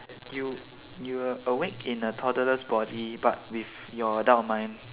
you you are awake in a toddler's body but with your adult mind